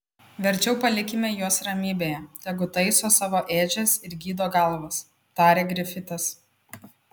verčiau palikime juos ramybėje tegu taiso savo ėdžias ir gydo galvas tarė grifitas